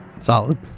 Solid